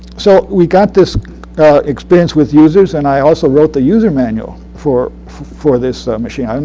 so we got this experience with users, and i also wrote the user manual for for this machine.